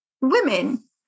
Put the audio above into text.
women